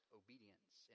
obedience